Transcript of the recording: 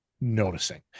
noticing